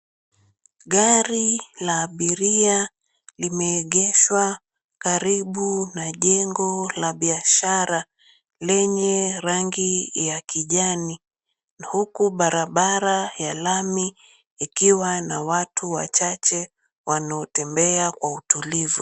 Gari la abiria limeegeshwa karibu na jengo la biashara lenye rangi ya kijani huku barabara ya lami ikiwa na watu wachache wanaotemebea kwa utulivu.